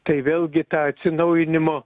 tai vėlgi tą atsinaujinimo